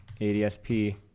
adsp